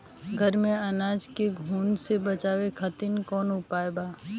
घर में अनाज के घुन से बचावे खातिर कवन उपाय बा?